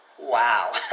wow